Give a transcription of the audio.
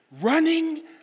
running